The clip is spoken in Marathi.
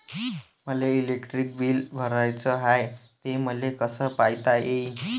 मले इलेक्ट्रिक बिल भराचं हाय, ते मले कस पायता येईन?